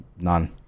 None